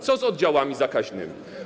Co z oddziałami zakaźnymi?